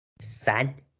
Sad